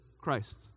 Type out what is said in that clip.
christ